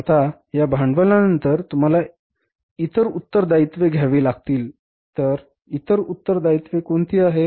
आता या भांडवलानंतर तुम्हाला इतर उत्तरदायित्वे घ्यावे लागतील तर इतर उत्तरदायित्वे कोणती आहेत